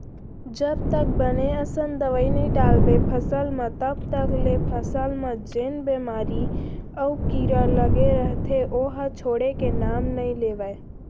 जब तक बने असन दवई नइ डालबे फसल म तब तक ले फसल म जेन बेमारी अउ कीरा लगे रइथे ओहा छोड़े के नांव नइ लेवय